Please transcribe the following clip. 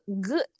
good